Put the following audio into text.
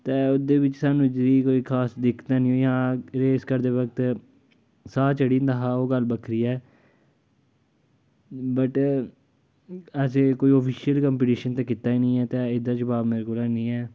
ते ओह्दे बिच्च सानूं जेह्ड़ी कोई खास दिक्कतां निं होइयां रेस करदे वक्त साह् चढ़ी जंदा हा ओह् गल्ल बक्खरी ऐ बट ऐज ए कोई आफिशियल कंपीटिशन कीता निं ऐ ते एह्दा जवाब मेरे कोल ऐनी ऐ